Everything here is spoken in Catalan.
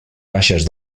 baixes